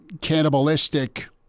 cannibalistic